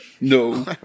No